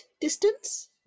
distance